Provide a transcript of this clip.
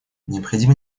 необходимо